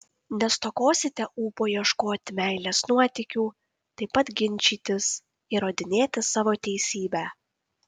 nestokosite ūpo ieškoti meilės nuotykių taip pat ginčytis įrodinėti savo teisybę